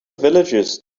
villagers